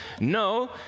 No